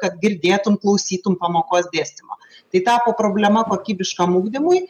kad girdėtum klausytum pamokos dėstymo tai tapo problema kokybiškam ugdymui